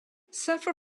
suffer